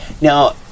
Now